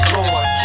Lord